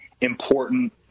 important